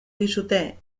dizute